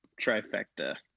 trifecta